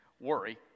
worry